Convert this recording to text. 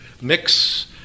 mix